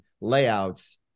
layouts